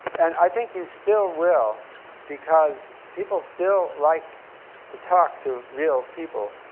and i think you still will because people still like to talk to real people.